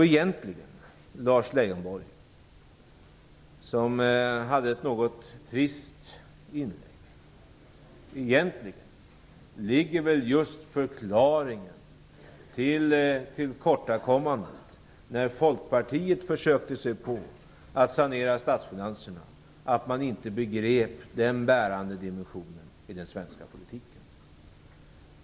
Egentligen, Lars Leijonborg - som hade ett något trist inlägg - ligger väl just förklaringen till tillkortakommandet i att man, när Folkpartiet försökte sig på att sanera statsfinanserna, inte begrep den bärande dimensionen i den svenska politiken.